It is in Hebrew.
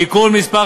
(תיקון מס'